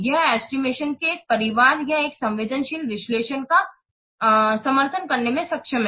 यह एस्टिमेशन के एक परिवार या एक संवेदनशील विश्लेषण का समर्थन करने में सक्षम है